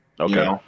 Okay